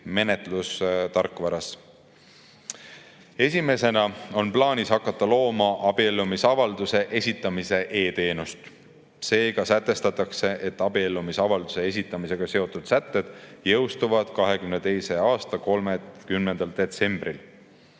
menetlustarkvara abil. Esimesena on plaanis hakata looma abiellumisavalduse esitamise e‑teenust. Seega sätestatakse, et abiellumisavalduse esitamisega seotud sätted jõustuvad 2022. aasta 30. detsembril.